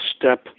step